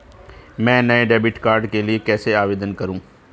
मैं नए debit card के लिए कैसे आवेदन करूं?